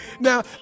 Now